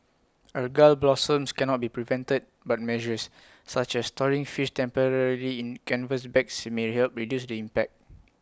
algal blooms cannot be prevented but measures such as storing fish temporarily in canvas bags may help reduce the impact